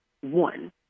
one